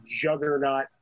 juggernaut